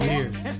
years